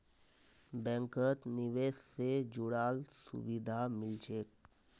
बैंकत निवेश से जुराल सुभिधा मिल छेक